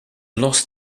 lost